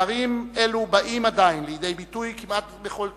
פערים אלה באים עדיין לידי ביטוי כמעט בכל תחום: